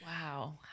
Wow